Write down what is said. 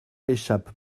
échappe